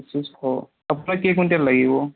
পঁচিছশ আপোনাক কেই কুইণ্টেল লাগিব